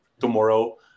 tomorrow